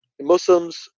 Muslims